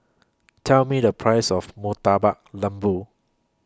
Tell Me The Price of Murtabak Lembu